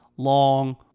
long